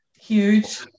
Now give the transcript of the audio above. Huge